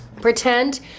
Pretend